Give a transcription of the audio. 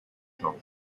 home